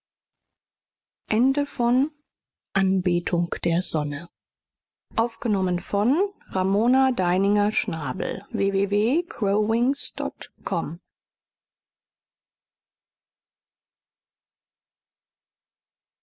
wiederkunft der sonne